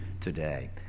today